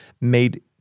made